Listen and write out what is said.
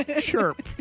Chirp